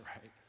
right